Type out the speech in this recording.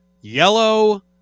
yellow